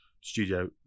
studio